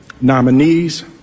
nominees